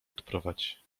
odprowadź